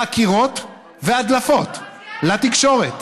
חקירות והדלפות לתקשורת.